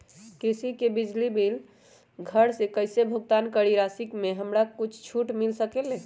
कृषि बिजली के बिल घर से कईसे भुगतान करी की राशि मे हमरा कुछ छूट मिल सकेले?